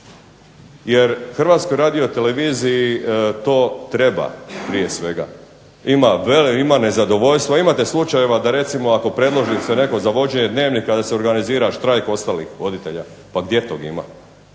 jer Hrvatskoj radioteleviziji to treba prije svega. Ima nezadovoljstva, imate slučajeva da recimo ako predloži se netko za vođenje Dnevnika da se organizira štrajk ostalih voditelja. Pa gdje tog ima,